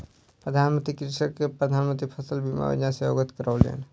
प्रधान मंत्री कृषक के प्रधान मंत्री फसल बीमा योजना सॅ अवगत करौलैन